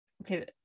okay